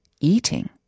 eating